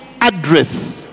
address